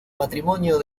matrimonio